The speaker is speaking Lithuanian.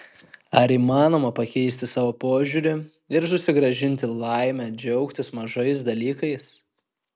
ar įmanoma pakeisti savo požiūrį ir susigrąžinti laimę džiaugtis mažais dalykais